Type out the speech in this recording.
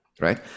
Right